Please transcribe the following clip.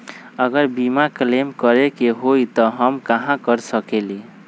अगर बीमा क्लेम करे के होई त हम कहा कर सकेली?